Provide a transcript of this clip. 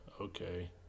Okay